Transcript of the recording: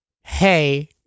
Hey